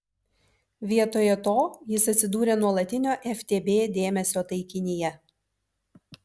vietoje to jis atsidūrė nuolatinio ftb dėmesio taikinyje